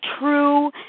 true